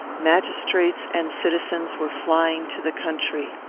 magistrates and citizens were flying to the country.